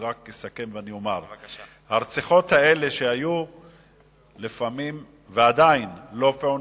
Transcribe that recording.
רק אסכם ואומר שהרציחות שהיו עדיין לא פוענחו,